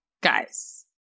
Guys